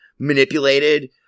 Manipulated